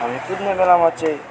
हामी कुद्ने बेलामा चाहिँ